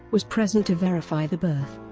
was present to verify the birth.